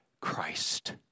Christ